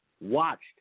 watched